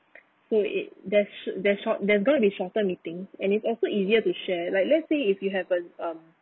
so it there should there short~ there're going to be shorter meetings and it's also easier to share like let's say if you have a um